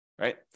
right